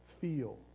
feel